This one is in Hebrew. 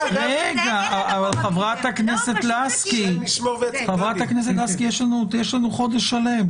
------ חברת הכנסת לסקי, יש לנו חודש שלם.